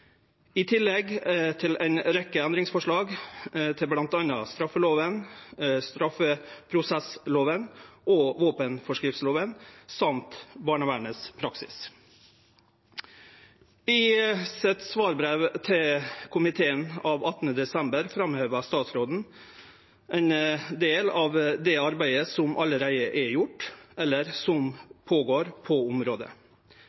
i tillegg til ei rekkje endringsforslag til bl.a. straffeloven, straffeprosessloven og våpenforskrifta, og praksisen til barnevernet. I svarbrevet til komiteen av 18. desember framheva statsråden ein del av det arbeidet som allereie er gjort, eller